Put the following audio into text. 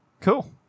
Cool